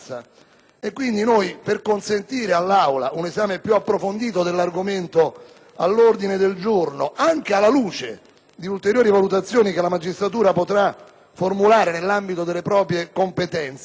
Perconsentire all'Aula un esame più approfondito dell'argomento all'ordine del giorno, anche alla luce di un'ulteriore valutazione che la magistratura potrà formulare nell'ambito delle proprie competenze,